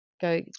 go –